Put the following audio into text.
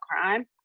crime